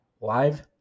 live